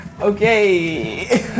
Okay